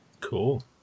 Cool